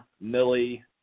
Millie